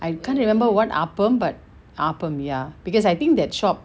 I can't remember what appam but appam ya because I think that shop